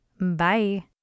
bye